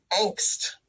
angst